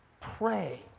Pray